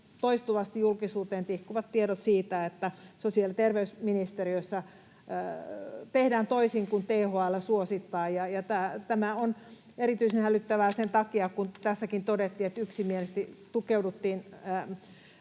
toistuvasti julkisuuteen tihkuvat tiedot siitä, että sosiaali- ja terveysministeriössä tehdään toisin kuin THL suosittaa. Tämä on erityisen hälyttävää sen takia, kun tässäkin todettiin, että yksimielisesti tukeuduttiin